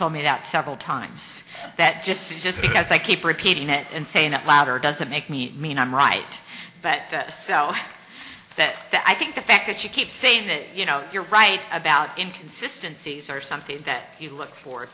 told me that several times and that just just because i keep repeating it and saying that latter doesn't make me mean i'm right but so that i think the fact that you keep saying that you know you're right about inconsistency as are some things that you look for